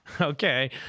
Okay